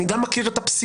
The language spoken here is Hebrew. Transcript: אני גם מכיר את הפסיקה.